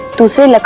to so like